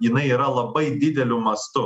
jinai yra labai dideliu mastu